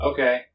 Okay